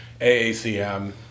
AACM